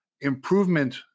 improvement